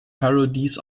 parodies